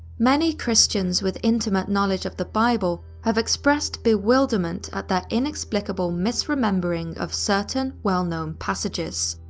many christians with intimate knowledge of the bible have expressed bewilderment at their inexplicable misremembering of certain, well-known passages.